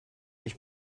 ich